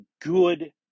good